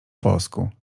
polsku